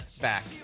back